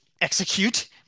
execute